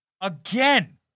again